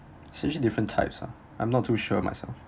it's usually different types ah I'm not too sure myself